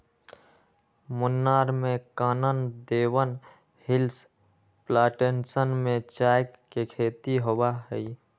मुन्नार में Kanan Devan hills plantation में चाय के खेती होबा हई